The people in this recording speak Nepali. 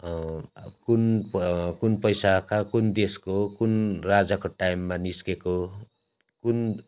अब कुन कुन पैसा कहाँ कुन देशको हो कुन राजाको टाइममा निस्केको कुन